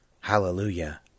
Hallelujah